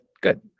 Good